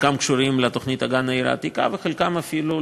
שחלקן קשורות לתוכנית אגן העיר העתיקה וחלקן אפילו,